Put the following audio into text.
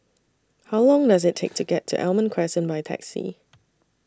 How Long Does IT Take to get to Almond Crescent By Taxi